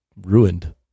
ruined